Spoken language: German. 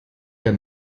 der